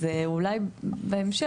אז אולי בהמשך,